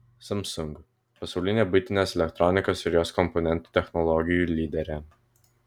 samsung pasaulinė buitinės elektronikos ir jos komponentų technologijų lyderė